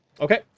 Okay